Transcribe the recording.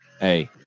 Hey